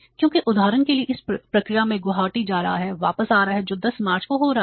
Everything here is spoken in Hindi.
क्योंकि उदाहरण के लिए इस प्रक्रिया में गुवाहाटी जा रहा है वापस आ रहा है जो 10 मार्च को हो रहा है